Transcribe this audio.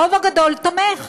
הרוב הגדול תומך.